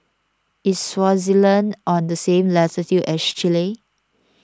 is Swaziland on the same latitude as Chile